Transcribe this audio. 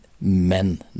men